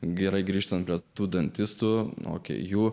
gerai grįžtant ratu dantistų mokė jų